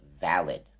valid